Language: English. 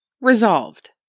Resolved